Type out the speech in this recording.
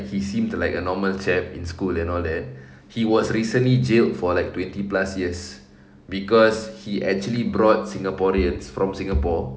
he seemed like a normal chap in school and all that he was recently jailed for like twenty plus years cause he actually brought singaporeans from singapore